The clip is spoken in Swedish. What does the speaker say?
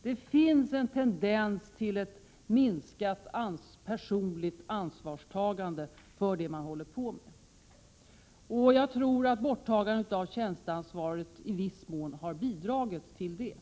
Det finns en tendens till ett minskat personligt ansvarstagande för det man håller på med. Jag tror att borttagandet av tjänsteansvaret i viss mån har bidragit till detta.